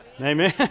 Amen